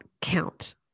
count